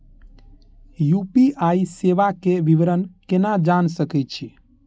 UPI सेवा के विवरण केना जान सके छी?